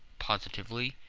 positively.